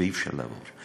ואי-אפשר לעבור,